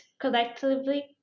collectively